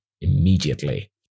immediately